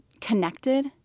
connected